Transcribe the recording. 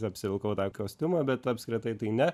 apsivilkau kostiumą bet apskritai tai ne